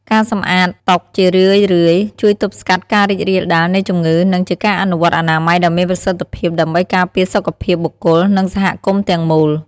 ការសម្អាតតុជារឿយៗជួយទប់ស្កាត់ការរីករាលដាលនៃជំងឺ និងជាការអនុវត្តអនាម័យដ៏មានប្រសិទ្ធភាពដើម្បីការពារសុខភាពបុគ្គល និងសហគមន៍ទាំងមូល។